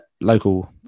local